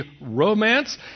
romance